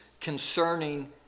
concerning